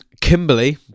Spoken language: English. Kimberly